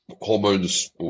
hormones